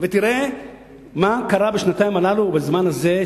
ותראה מה קרה בשנתיים הללו או בזמן הזה,